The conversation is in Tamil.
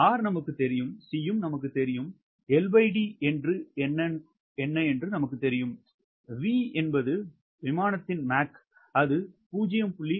R நமக்குத் தெரியும் C நமக்குத் தெரியும் LD நமக்குத் தெரியும் V விமானம் மாக் 0